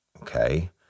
okay